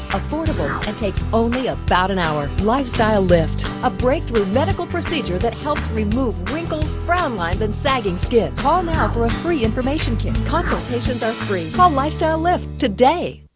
affordable, and takes only about an hour. lifestyle lift, a breakthrough medical procedure that helps remove wrinkles, frown lines and sagging skin. call now for a free information kit. consultations are free. call um lifestyle lift today.